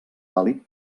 vàlid